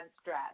stress